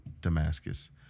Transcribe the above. Damascus